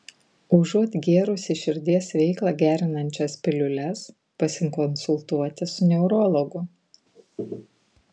užuot gėrusi širdies veiklą gerinančias piliules pasikonsultuoti su neurologu